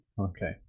Okay